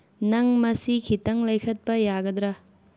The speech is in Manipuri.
ꯅꯪ ꯃꯁꯤ ꯈꯤꯇꯪ ꯂꯩꯈꯠꯄ ꯌꯥꯒꯗ꯭ꯔꯥ